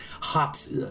hot